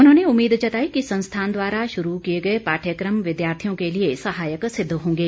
उन्होंने उम्मीद जताई कि संस्थान द्वारा शुरू किए गए पाठयक्रम विद्यार्थियों के लिए सहायक सिद्ध होंगे